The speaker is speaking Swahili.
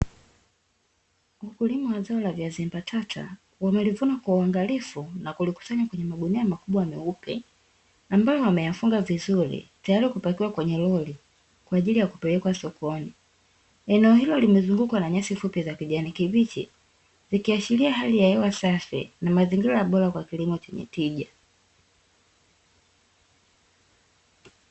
Wakulima wa zao la viazi mbatata wamelivuna kwa uangalifu na kulikusanya kwenye magunia makubwa meupe ambayo wameyafunga vizuri tayari kupakiwa kwenye lori kwa ajili ya kupelekwa sokoni. Eneo hilo limezungukwa na nyasi fupi za kijani kibichi zikiashiria hali ya hewa safi na mazingira bora ya kilimo chenye tija.